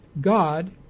God